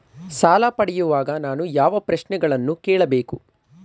ಸಾಲ ಪಡೆಯುವಾಗ ನಾನು ಯಾವ ಪ್ರಶ್ನೆಗಳನ್ನು ಕೇಳಬೇಕು?